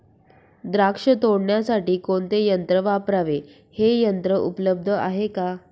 द्राक्ष तोडण्यासाठी कोणते यंत्र वापरावे? हे यंत्र उपलब्ध आहे का?